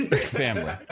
Family